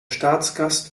staatsgast